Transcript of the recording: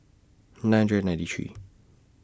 nine hundred ninety three